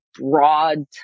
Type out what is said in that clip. broad